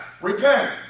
repent